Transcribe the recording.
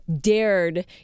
dared